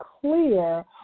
clear